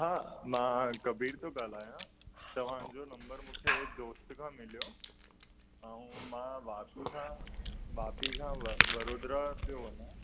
हा मां कबीर पियो ॻाल्हायां तव्हांजो नम्बर मूंखे दोस्त खां मिलियो ऐं मां वासी खां भाभी खां वडोदरा थो वञा